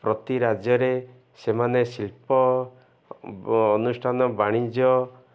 ପ୍ରତି ରାଜ୍ୟରେ ସେମାନେ ଶିଳ୍ପ ଅନୁଷ୍ଠାନ ବାଣିଜ୍ୟ